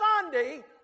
Sunday